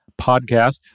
podcast